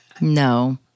No